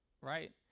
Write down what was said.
Right